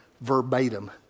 verbatim